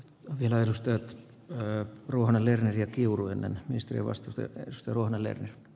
turkin edustajat ja ruohonen lerner kiuru esti vastustajat olla